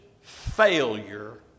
failure